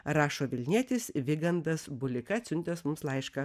rašo vilnietis vygandas bulika atsiuntęs mums laišką